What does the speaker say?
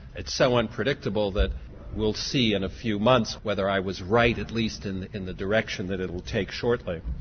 it's so unpredictable that we'll see in a few months whether i was right at least in in the direction that it will take shortly.